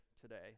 today